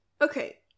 Okay